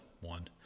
one